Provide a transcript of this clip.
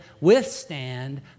withstand